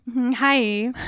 Hi